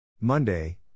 Monday